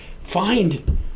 find